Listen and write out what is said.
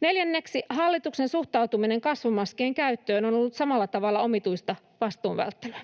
Neljänneksi: Hallituksen suhtautuminen kasvomaskien käyttöön on ollut samalla tavalla omituista vastuun välttelyä.